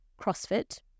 CrossFit